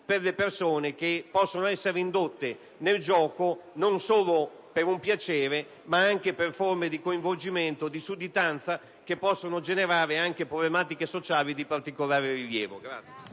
per quelle persone che sono indotte al gioco non solo per piacere, ma anche per forme di coinvolgimento e di sudditanza che rischiano di generare anche problematiche sociali di particolare rilievo.